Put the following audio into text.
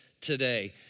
today